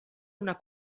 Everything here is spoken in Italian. una